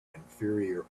inferior